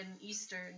eastern